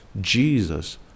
jesus